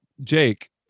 Jake